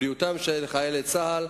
בריאותם של חיילי צה"ל,